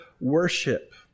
worship